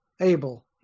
Abel